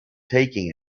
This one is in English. taking